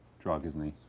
drug, isn't he?